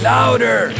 Louder